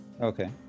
Okay